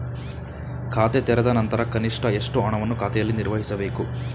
ಖಾತೆ ತೆರೆದ ನಂತರ ಕನಿಷ್ಠ ಎಷ್ಟು ಹಣವನ್ನು ಖಾತೆಯಲ್ಲಿ ನಿರ್ವಹಿಸಬೇಕು?